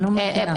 אני לא מבינה למה.